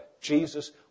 Jesus